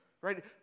Right